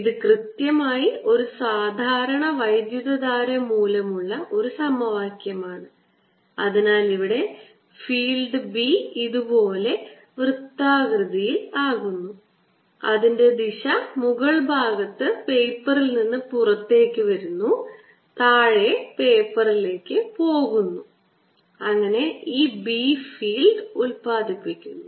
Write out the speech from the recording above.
ഇത് കൃത്യമായി ഒരു സാധാരണ വൈദ്യുതധാര മൂലമുള്ള സമവാക്യമാണ് അതിനാൽ ഇവിടെ ഫീൽഡ് B ഇതുപോലെ വൃത്താകൃതിയിൽ ആകുന്നു അതിൻറെ ദിശ മുകൾഭാഗത്ത് പേപ്പറിൽ നിന്ന് പുറത്തേക്ക് വരുന്നു താഴെ പേപ്പറിലേക്ക് പോകുന്നു അങ്ങനെ ഈ B ഫീൽഡ് ഉൽപ്പാദിപ്പിക്കുന്നു